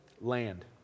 land